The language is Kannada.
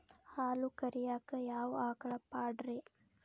ಹಾಲು ಕರಿಯಾಕ ಯಾವ ಆಕಳ ಪಾಡ್ರೇ?